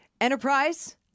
Enterprise